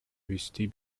вести